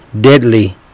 deadly